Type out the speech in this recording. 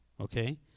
Okay